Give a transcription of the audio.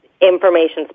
information